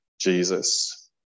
Jesus